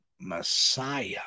Messiah